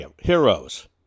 heroes